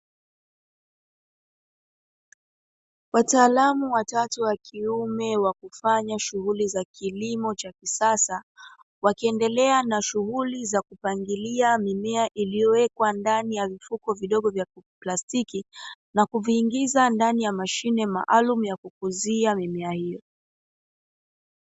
Wataalamu watatu wa kiume wakufanya shughuli za kilimo cha kisasa, wakiendelea na shughuli za kupangilia mimea iliyowekwa ndani ya vifuko vidogo vya plastiki, na kuviingiza ndani ya mashine maalumu ya kukuzia mimea hiyo.